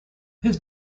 his